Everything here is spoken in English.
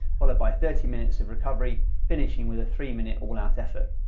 followed by thirty minutes of recovery finishing with a three minute all out effort.